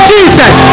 Jesus